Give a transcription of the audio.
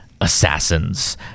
assassins